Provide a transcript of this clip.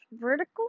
vertical